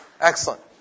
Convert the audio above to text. Excellent